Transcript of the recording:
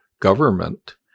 government